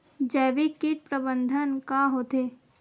जैविक कीट प्रबंधन का होथे?